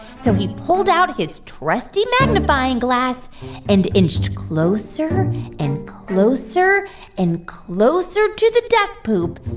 so he pulled out his trusty magnifying glass and inched closer and closer and closer to the duck poop.